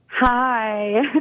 Hi